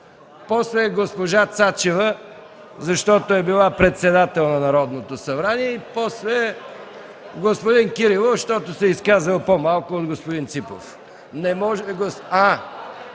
После е госпожа Цачева, защото е била председател на Народното събрание, после е господин Кирилов, защото се е изказал по-малко от господин Ципов.